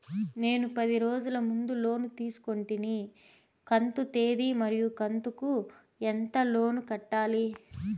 నేను పది రోజుల ముందు లోను తీసుకొంటిని కంతు తేది మరియు కంతు కు ఎంత లోను కట్టాలి?